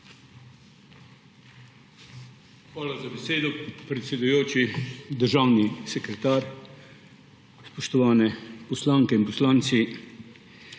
Hvala za besedo, predsedujoči. Državni sekretar, spoštovane poslanke in poslanci!